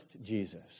Jesus